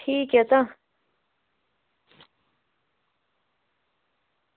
ठीक ऐ तां